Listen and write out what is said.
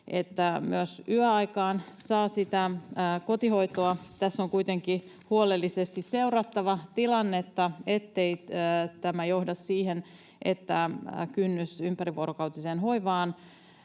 että myös yöaikaan saa kotihoitoa. Tässä on kuitenkin huolellisesti seurattava tilannetta, ettei tämä johda siihen, että kynnys ympärivuorokautiseen hoivaan